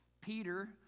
Peter